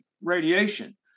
radiation